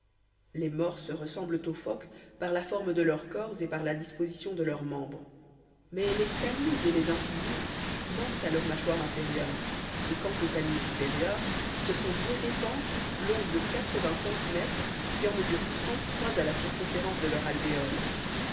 les morses ressemblent aux phoques par la forme de leurs corps et par la disposition de leurs membres mais les canines et les incisives manquent à leur mâchoire inférieure et quant aux canines supérieures ce sont deux défenses longues de quatre-vingts centimètres qui en mesurent trente-trois à la circonférence de leur alvéole